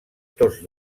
tots